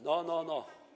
No, no, no!